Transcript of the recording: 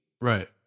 Right